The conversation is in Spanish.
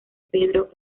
pedro